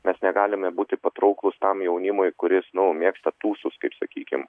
mes negalime būti patrauklūs tam jaunimui kuris nu mėgsta tūsus kaip sakykim